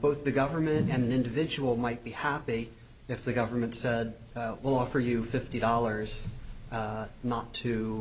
both the government and an individual might be happy if the government said we'll offer you fifty dollars not to